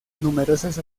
numerosas